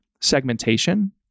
segmentation